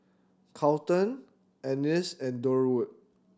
Carlton Annis and Durwood